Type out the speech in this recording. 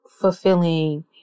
fulfilling